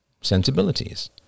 sensibilities